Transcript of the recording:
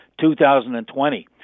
2020